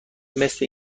مثل